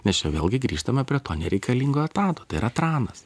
nes čia vėlgi grįžtame prie to nereikalingo etato tai yra tranas